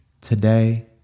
Today